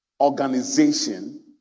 organization